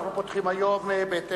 אנחנו פותחים היום את הישיבה,